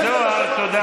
ממשלתית.